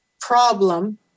problem